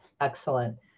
Excellent